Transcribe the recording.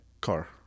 car